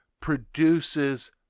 produces